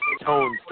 tones